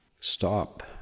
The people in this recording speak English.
stop